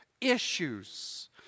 issues